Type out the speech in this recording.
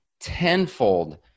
tenfold